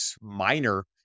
minor